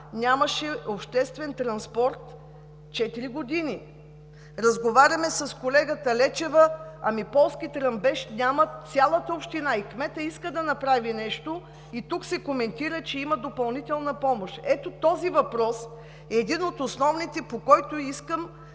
нямаше обществен транспорт четири години! Разговаряме с колегата Лечева, ами в Полски Тръмбеш нямат в цялата община, кметът иска да направи нещо и тук се коментира, че има допълнителна помощ. Ето този въпрос е един от основните, по който искам